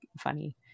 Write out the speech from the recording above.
funny